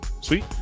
Sweet